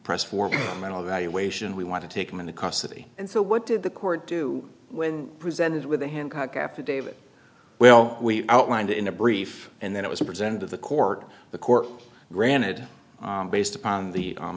press for a mental evaluation we want to take him into custody and so what did the court do when presented with a hancock affidavit well we outlined in a brief and then it was presented to the court the court granted based upon the